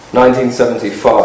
1975